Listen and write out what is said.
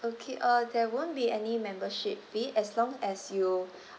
okay uh there won't be any membership fee as long as you